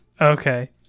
Okay